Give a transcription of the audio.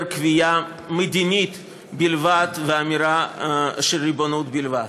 קביעה מדינית בלבד ואמירה על ריבונות בלבד.